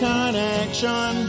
Connection